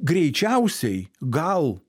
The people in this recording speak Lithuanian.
greičiausiai gal